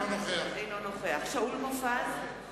אינו נוכח שאול מופז,